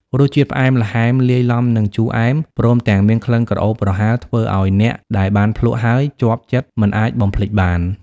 រសជាតិផ្អែមល្ហែមលាយឡំនឹងជូរអែម ព្រមទាំងមានក្លិនក្រអូបប្រហើរធ្វើឲ្យអ្នកដែលបានភ្លក្សហើយជាប់ចិត្តមិនអាចបំភ្លេចបាន។